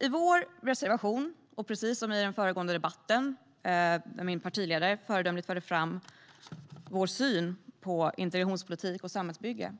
I vår reservation och i den föregående debatten, där min partiledare föredömligt förde fram vår syn på integrationspolitik och samhällsbygge,